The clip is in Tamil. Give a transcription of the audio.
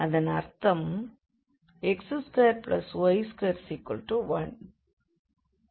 அதன் அர்த்தம் x2y21